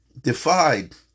defied